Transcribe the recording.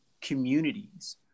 communities